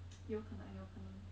有可能有可能